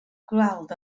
gweld